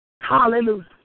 Hallelujah